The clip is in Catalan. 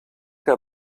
que